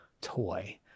toy